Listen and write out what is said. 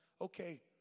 Okay